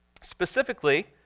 specifically